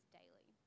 daily